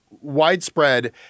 widespread